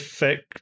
thick